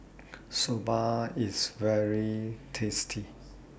Soba IS very tasty